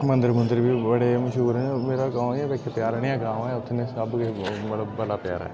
मंदर मुंदर बी बड़े मश्हूर न मेरा गांव इक प्यारा नेहा गांव ऐ उत्थै मैं सब किश बो बड़ा प्यारा ऐ